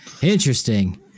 Interesting